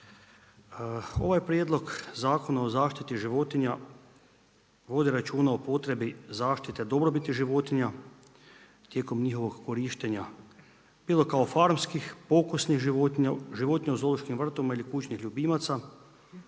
Ovaj prijedlog Zakona o zaštiti životinja vodi računa o potrebi zaštiti dobrobiti životinja tijekom njihovog korištenja bilo kao farmskih, pokusnih životinja, životinja u zoološkim vrtovima ili kućnih ljubimaca